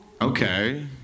Okay